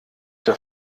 der